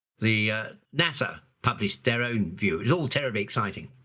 the nasa published their own view. it's all terribly exciting.